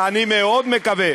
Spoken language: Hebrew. אני מאוד מקווה,